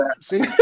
See